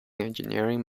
engineering